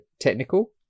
technical